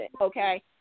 Okay